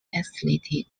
athletic